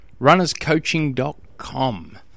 runnerscoaching.com